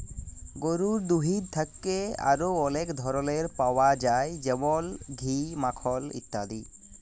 গরুর দুহুদ থ্যাকে আর অলেক ধরলের পাউয়া যায় যেমল ঘি, মাখল ইত্যাদি